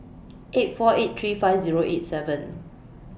eight four eight three five Zero eight seven